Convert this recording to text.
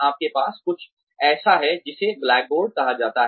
आपके पास कुछ ऐसा है जिसे ब्लैकबोर्ड कहा जाता है